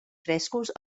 frescos